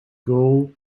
goal